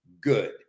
good